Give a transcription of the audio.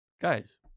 Guys